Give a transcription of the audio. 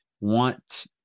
want